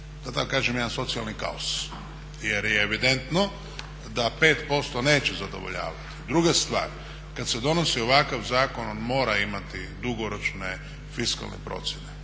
da tako kažem jedan socijalni kaos. Jer je evidentno da 5% neće zadovoljavati. Druga stvar, kad se donosi ovakav zakon on mora imati dugoročne fiskalne procjene.